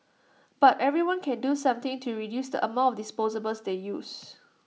but everyone can do something to reduce the amount of disposables they use